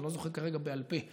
אני לא זוכר כרגע בעל פה,